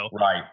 Right